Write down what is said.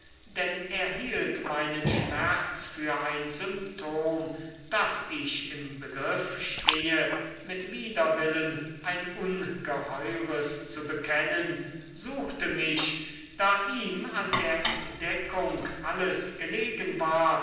denn er hielt meinen schmerz für ein symptom daß ich im begriff stehe mit widerwillen ein ungeheures zu bekennen suchte mich da ihm an der entdeckung alles gelegen war